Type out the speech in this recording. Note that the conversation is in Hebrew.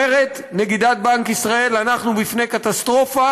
אומרת נגידת בנק ישראל: אנחנו בפני קטסטרופה.